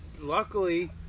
Luckily